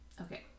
okay